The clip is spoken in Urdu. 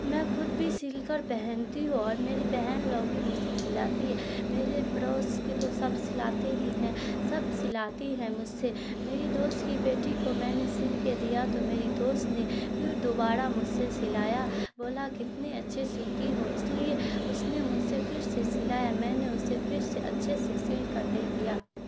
میں خود بھی سل کر پہنتی ہوں اور میری بہن لوگ بھی مجھ سے سلاتی ہے میرے پڑوس کے تو سب سلاتے ہی ہیں سب سلاتی ہے مجھ سے میری دوست کی بیٹی کو میں نے سل کے دیا تو میری دوست نے پھر دوبارہ مجھ سے سلایا بولا کتنے اچھے سیتی ہو اس لیے اس نے مجھ سے پھر سے سلایا میں نے اسے پھر سے اچھے سے سل کر دے دیا